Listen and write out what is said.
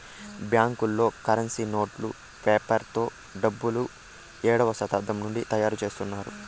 బ్యాంకులలో కరెన్సీ నోట్లు పేపర్ తో డబ్బులు ఏడవ శతాబ్దం నుండి తయారుచేత్తున్నారు